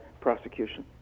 prosecution